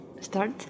start